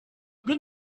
good